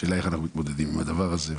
השאלה איך אנחנו מתמודדים עם הדבר הזה?